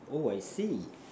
oh I see